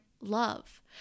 love